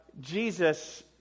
Jesus